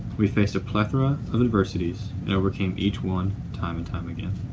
we faced a plethora of adversities and overcame each one time and time again.